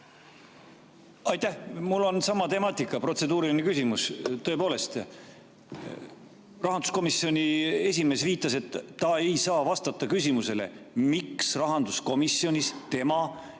Aitäh! Mul on sama temaatika, protseduuriline küsimus. Tõepoolest, rahanduskomisjoni esimees viitas, et ta ei saa vastata küsimusele, miks rahanduskomisjonis tema ja veel